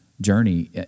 journey